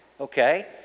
okay